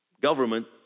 government